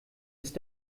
ist